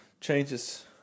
changes